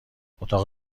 اتاق